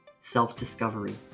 self-discovery